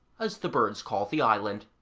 as the birds call the island.